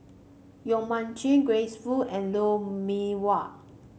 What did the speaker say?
Yong Mun Chee Grace Fu and Lou Mee Wah